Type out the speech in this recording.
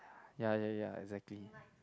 ya ya ya exactly